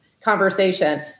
conversation